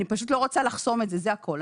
אני פשוט לא רוצה לחסום את זה, זה הכול.